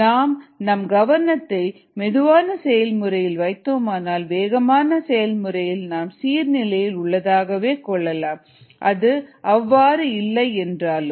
நாம் நம் கவனத்தை மெதுவான செயல்முறையில் வைத்தோமானால் வேகமான செயல் முறையை நாம் சீர் நிலையில் உள்ளதாகவே கொள்ளலாம் அது அவ்வாறு இல்லை என்றாலும்